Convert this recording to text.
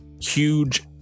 huge